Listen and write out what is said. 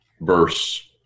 verse